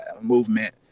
movement